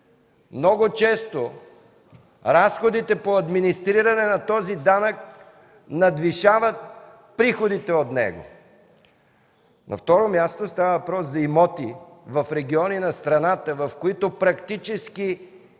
много често разходите по администрирането на този данък надвишават приходите от него. На второ място, става въпрос за имоти в региони на страната, в които практически